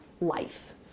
life